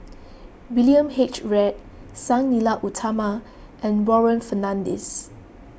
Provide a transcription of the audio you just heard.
William H Read Sang Nila Utama and Warren Fernandez